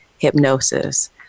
hypnosis